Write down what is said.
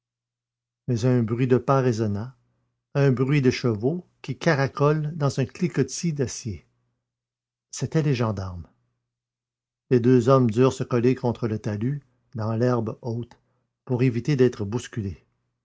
un bruit de pas résonna un bruit de chevaux qui caracolent dans un cliquetis d'acier c'étaient les gendarmes les deux hommes durent se coller contre le talus dans l'herbe haute pour éviter d'être bousculés